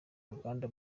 uruganda